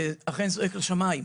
זה אכן צועק לשמיים.